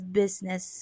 business